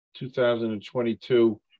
2022